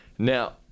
Now